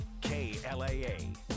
klaa